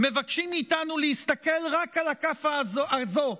מבקשים מאיתנו להסתכל רק על הכף הזו,